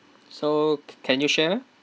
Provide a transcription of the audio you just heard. so c~ can you share